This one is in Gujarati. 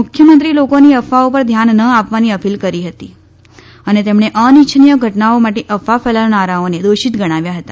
મુખ્યમંત્રીએ લોકોને અફવાઓ પર ધ્યાન ન આપવાની અપીલ કરી હતી અને તેમણે અનિચ્છનીય ઘટનાઓ માટે અફવા ફેલાવનારાઓને દોષીત ગણાવ્યા હતા